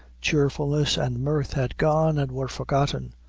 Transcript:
cheerfulness and mirth had gone, and were forgotten.